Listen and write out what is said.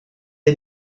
est